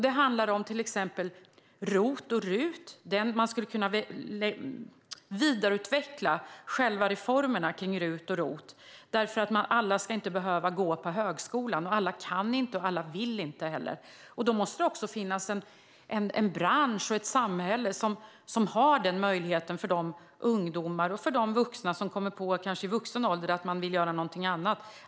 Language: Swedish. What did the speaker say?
Det handlar till exempel om ROT och RUT och en vidareutveckling av själva reformerna. Alla ska inte behöva gå på högskolan, och alla kan eller vill det inte heller. Då måste det också finnas branscher och ett samhälle som ger möjligheter för dessa ungdomar och även för dem som i vuxen ålder kommer på att de vill göra någonting annat.